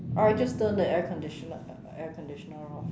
I just turned the air conditioner air conditioner off